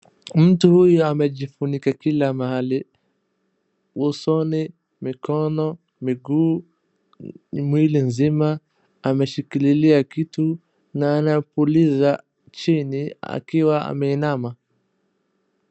Mtu huyu amejifunika kila mahali, usoni, mikono, miguu, mwili nzima. Ameshikililia kitu anapuliza chini akiwa ameinama.